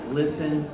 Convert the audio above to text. listen